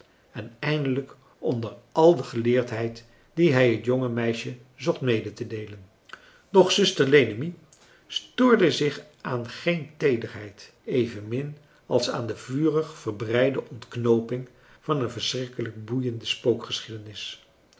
en eindelijk onder al de geleerdheid die hij het jonge meisje zocht mede te deelen doch zuster lenemie stoorde zich aan geen teederheid evenmin als aan de vurig verbeide ontknooping van een verschrikkelijk boeiende